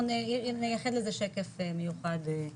אנחנו נייחד לזה שקף מיוחד.